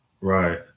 Right